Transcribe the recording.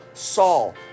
Saul